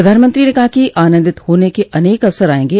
प्रधानमंत्री ने कहा कि आनंदित हाने के अनेक अवसर आएंगे